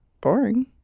Boring